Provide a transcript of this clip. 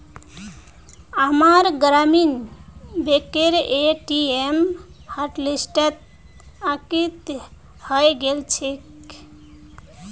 अम्मार ग्रामीण बैंकेर ए.टी.एम हॉटलिस्टत अंकित हइ गेल छेक